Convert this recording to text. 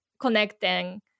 connecting